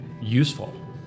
useful